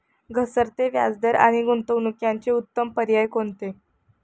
घसरते व्याजदर आणि गुंतवणूक याचे उत्तम पर्याय कोणते?